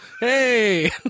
Hey